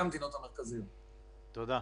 תודה.